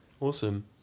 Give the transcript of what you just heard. Awesome